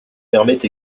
permettent